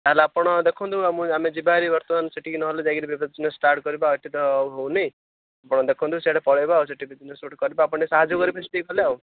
ତାହେଲେ ଆପଣ ଦେଖନ୍ତୁ ଆଉ ମୁଁ ଆମେ ଯିବା ହେରି ବର୍ତ୍ତମାନ ସେଠିକି ନହେଲେ ଯାଇକିରି ବିଜନେସ୍ ଷ୍ଟାର୍ଟ କରିବା ଏଇଠି ତ ଆଉ ହଉନି ଆପଣ ଦେଖନ୍ତୁ ସିଆଡ଼େ ପଳାଇବା ଆଉ ସେଇଠି ବିଜନେସ୍ ଗୋଟେ କରିବା ଆପଣ ଟିକେ ସାହାଯ୍ୟ କରିବେ ସେଠିକି ଗଲେ ଆଉ